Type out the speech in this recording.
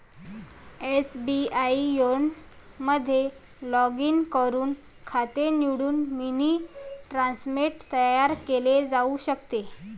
SBI YONO मध्ये log in करून खाते निवडून मिनी स्टेटमेंट तयार केले जाऊ शकते